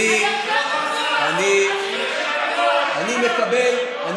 הירקן פתוח, פתוח.